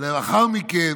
ולאחר מכן,